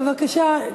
בבקשה,